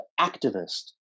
activist